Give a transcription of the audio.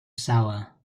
sour